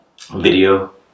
video